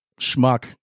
schmuck